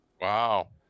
Wow